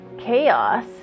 chaos